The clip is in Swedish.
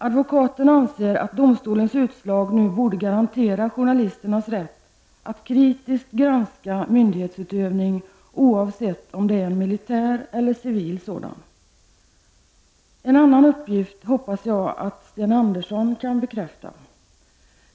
Advokaten anser att domstolens utslag nu borde garantera journalisternas rätt att kritiskt granska myndighetsutövning, oavsett om det är en militär eller civil sådan. En annan uppgift hoppas jag att Sten Andersson kan bekräfta.